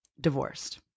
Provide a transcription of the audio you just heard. Divorced